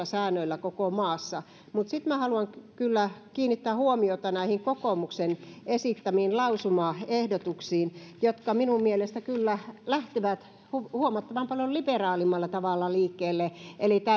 säännöillä koko maassa mutta sitten minä haluan kyllä kiinnittää huomiota näihin kokoomuksen esittämiin lausumaehdotuksiin jotka minun mielestäni kyllä lähtevät huomattavan paljon liberaalimmalla tavalla liikkeelle eli täällä